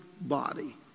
body